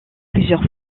plusieurs